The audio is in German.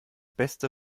beste